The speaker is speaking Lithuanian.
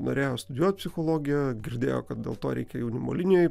norėjo studijuotipsichologiją girdėjo kad dėl to reikia jaunimo linijoj